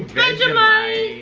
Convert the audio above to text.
vegemite.